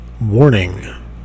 Warning